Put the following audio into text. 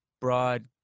broad